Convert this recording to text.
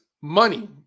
money